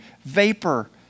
vapor